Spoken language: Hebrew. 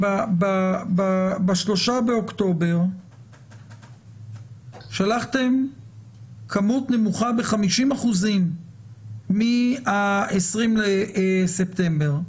ב-3 באוקטובר שלחתם כמות נמוכה ב-50% מה-20 בספטמבר.